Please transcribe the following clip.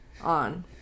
on